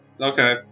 Okay